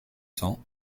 cent